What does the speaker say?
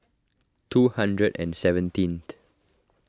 two hundred and seventeenth